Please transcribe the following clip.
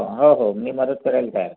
हो हो मी मदत करायला तयार आहे